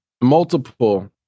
multiple